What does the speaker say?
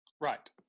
Right